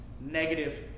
negative